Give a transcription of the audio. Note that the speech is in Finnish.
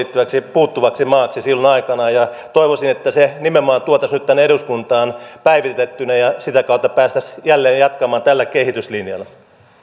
puuttuvaksi maaksi silloin aikanaan ja toivoisin että se nimenomaan tuotaisiin nyt tänne eduskuntaan päivitettynä ja sitä kautta päästäisiin jälleen jatkamaan tällä kehityslinjalla